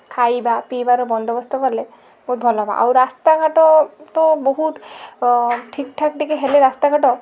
ଖାଇବା ପିଇବାର ବନ୍ଦୋବସ୍ତ କଲେ ଆଉ ରାସ୍ତା ଘାଟ ତ ବହୁତ ଠିକ୍ ଠାକ୍ ଟିକେ ହେଲେ ରାସ୍ତା ଘାଟ